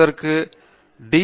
இதற்கு டி